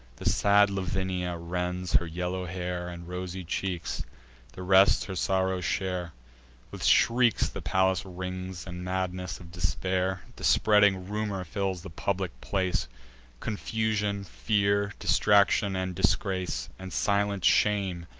the sad lavinia rends her yellow hair and rosy cheeks the rest her sorrow share with shrieks the palace rings, and madness of despair. the spreading rumor fills the public place confusion, fear, distraction, and disgrace, and silent shame,